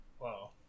Wow